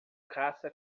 caça